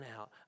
out